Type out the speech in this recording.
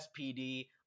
SPD